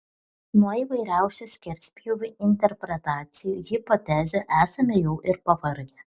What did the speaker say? nuo įvairiausių skerspjūvių interpretacijų hipotezių esame jau ir pavargę